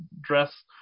dress